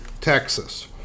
Texas